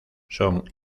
son